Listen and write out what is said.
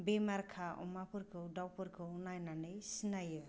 बेमारखा अमाफोरखौ दाउफोरखौ नायनानै सिनायो